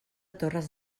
torres